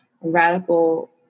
radical